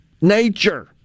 nature